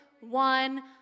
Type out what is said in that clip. one